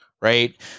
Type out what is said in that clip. right